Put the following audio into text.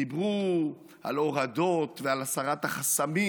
דיברו על הורדות ועל הסרת החסמים,